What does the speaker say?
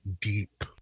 deep